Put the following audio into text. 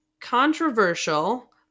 controversial